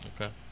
Okay